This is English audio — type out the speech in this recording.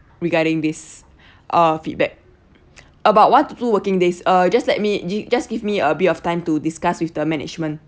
regarding this uh feedback about one to two working days uh just let me just give me a bit of time to discuss with the management